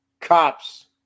cops